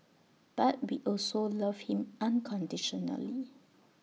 but we also love him unconditionally